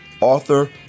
author